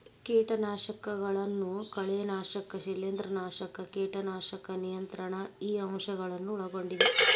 ಕೇಟನಾಶಕಗಳನ್ನು ಕಳೆನಾಶಕ ಶಿಲೇಂಧ್ರನಾಶಕ ಕೇಟನಾಶಕ ನಿಯಂತ್ರಣ ಈ ಅಂಶ ಗಳನ್ನು ಒಳಗೊಂಡಿದೆ